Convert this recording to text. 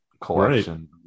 collection